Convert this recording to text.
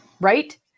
right